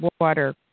water